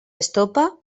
estopa